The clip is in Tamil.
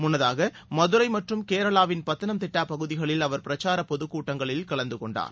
முன்னதாக மதுரை மற்றும் கேரளாவின் பத்தனம்திட்டா பகுதிகளில் அவர் பிரச்சார பொதுக்கூட்டங்களில் கலந்து கொண்டார்